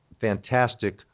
fantastic